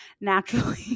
naturally